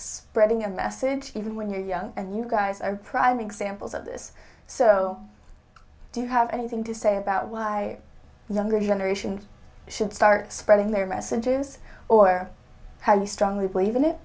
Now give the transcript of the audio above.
spreading a message even when you're young and you guys are prime examples of this so do you have anything to say about why younger generations should start spreading their messages or how we strongly believe in it